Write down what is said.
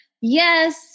Yes